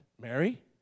Mary